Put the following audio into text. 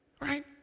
right